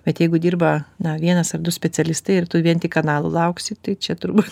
bet jeigu dirba na vienas ar du specialistai ir tu vien tik kanalų lauksi tai čia turbūt